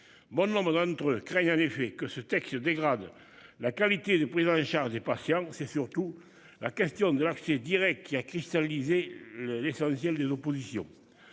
Bon nombre d'entre eux craignent en effet que ce texte se dégrade la qualité de prise en charge des patients, c'est surtout la question de l'accès Direct qui a cristallisé le l'essentiel des oppositions.